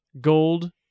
gold